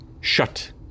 shut